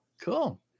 Cool